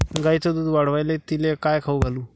गायीचं दुध वाढवायले तिले काय खाऊ घालू?